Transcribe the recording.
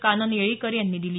कानन येळीकर यांनी दिली